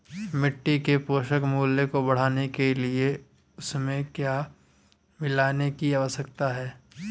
मिट्टी के पोषक मूल्य को बढ़ाने के लिए उसमें क्या मिलाने की आवश्यकता है?